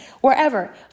wherever